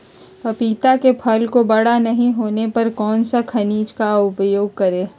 पपीता के फल को बड़ा नहीं होने पर कौन सा खनिज का उपयोग करें?